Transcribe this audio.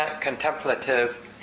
contemplative